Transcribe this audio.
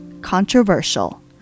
controversial